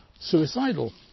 suicidal